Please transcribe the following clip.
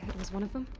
was one of them?